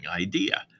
idea